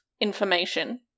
information